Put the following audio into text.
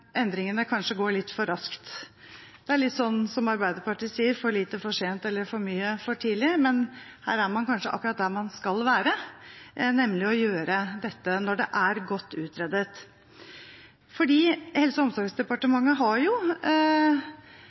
endringene kanskje går litt for raskt. Det er litt slik som Arbeiderpartiet sier: for lite for sent eller for mye for tidlig. Men her er man akkurat der man skal være, nemlig å gjøre dette når det er godt utredet. Helse- og omsorgsdepartementet har jo